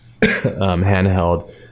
handheld